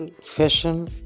fashion